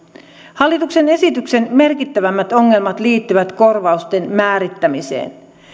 hallituksen esityksen merkittävämmät ongelmat liittyvät korvausten määrittämiseen